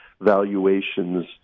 valuations